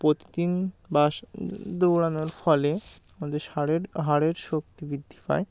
প্রতিদিন বাস দৌড়ানোর ফলে আমাদের সারের হাড়ের শক্তি বৃদ্ধি পায়